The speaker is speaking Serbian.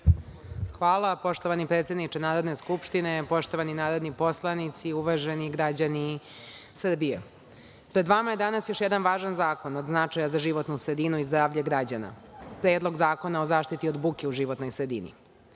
Hvala, poštovani predsedniče Narodne skupštine, poštovani narodni poslanici, uvaženi građani Srbije, pred vama je danas još jedan važan zakon od značaja za životnu sredinu i zdravlje građana Predlog zakona o zaštiti od buke u životnoj sredini.